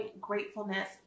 gratefulness